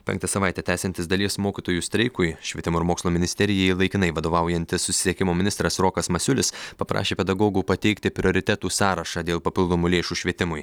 penktą savaitę tęsiantis dalies mokytojų streikui švietimo ir mokslo ministerijai laikinai vadovaujantis susisiekimo ministras rokas masiulis paprašė pedagogų pateikti prioritetų sąrašą dėl papildomų lėšų švietimui